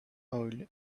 oil